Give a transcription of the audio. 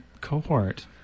cohort